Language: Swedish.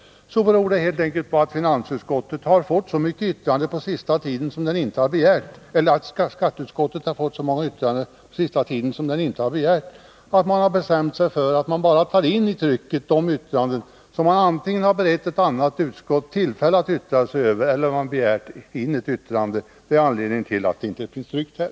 Det beror helt enkelt på att skatteutskottet har fått så mycket yttranden på sista tiden som det inte har begärt att vi har bestämt oss för att bara ta in i trycket de yttranden som vi antingen har berett ett annat utskott tillfälle att avge eller som vi har begärt in. Det är anledningen till att finansutskottets yttrande inte finns tryckt här.